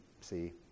See